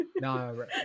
No